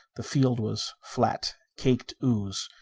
the field was flat, caked ooze,